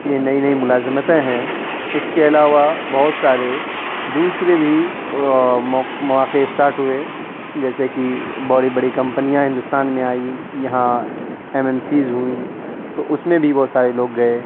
یہ نئی نئی ملازمتیں ہیں اس کے علاوہ بہت سارے دوسرے بھی مواقع اسٹارٹ ہوئے جیسے کہ بڑی بڑی کمپنیاں ہندوستان میں آئی یہاں ایمنسیز ہوئی تو اس میں بھی بہت سارے لوگ گئے